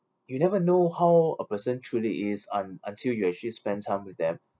you never know how a person truly is un~ until you actually spend time with them